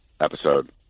episode